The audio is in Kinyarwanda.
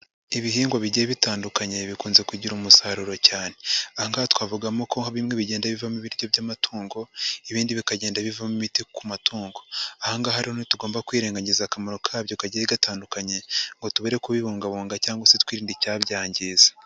Ibihingwa bigiye bitandukanye, bikunze kugira umusaruro cyane, aha ngaha twavugamo ko hari bimwe bigenda bivamo ibiryo by'amatungo, ibindi bikagenda bivamo imite ku matungo, aha ngaha rero ntitugomba kwirengagiza akamaro kabyo kagiye gatandukanye, ngo tureke kubibungabunga cyangwa se twirinde icyabyangiza.